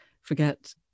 Forget